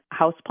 houseplant